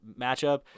matchup